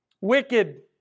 wicked